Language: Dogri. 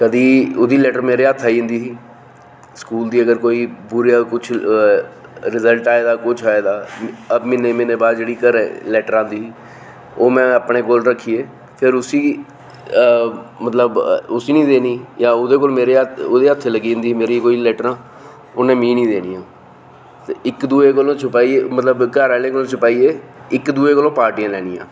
कदें ओह्दियां लैटर मेरे हत्थ आई जंदी ही स्कूल दी अगर कोई बुरा किश रिज्लट आए दा किश आए दा म्हीने म्हीने बाद जेह्ड़ी घरै लैटर औंदी ही ओह् में अपने कोल रक्खी ऐ फिर उसी मतलब उसी नेईं देनी जां ओह्दे कोल मेरे हत्थ ओह्दे हत्थ लगी जंदी ही मेरी कोई लैटरां उ'नें मी नेईं देनी ओह् ते इक दुए कोला छुपाइयै मतलब घर आह्लें कोला छुपाइयै इक दुऐ कोला पार्टियां लैनियां